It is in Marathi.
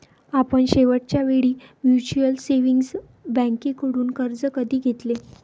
आपण शेवटच्या वेळी म्युच्युअल सेव्हिंग्ज बँकेकडून कर्ज कधी घेतले?